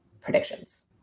predictions